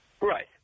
Right